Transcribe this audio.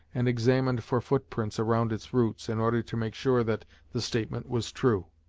and examined for foot prints around its roots, in order to make sure that the statement was true.